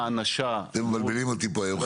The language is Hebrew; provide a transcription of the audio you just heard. אתם מבלבלים אותי פה היום,